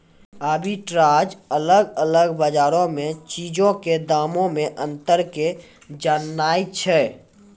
arbitrage अलग अलग बजारो मे चीजो के दामो मे अंतरो के जाननाय छै